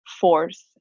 force